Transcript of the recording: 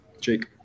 Jake